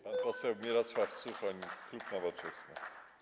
Pan poseł Mirosław Suchoń, klub Nowoczesna.